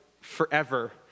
forever